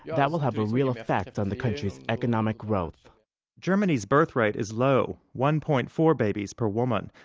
that will have a real effect on the country's economic growth germany's birthrate is low, one point four babies per woman.